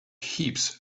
heaps